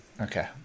Okay